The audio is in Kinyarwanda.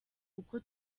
uko